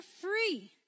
free